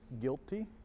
guilty